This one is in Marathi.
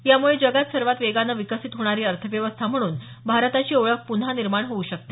यामुळे जगात सर्वात वेगानं विकसित होणारी अर्थव्यवस्था म्हणून जगात भारताची ओळख पून्हा निर्माण होऊ शकते